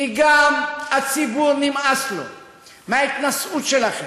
כי גם לציבור נמאס מההתנשאות שלכם,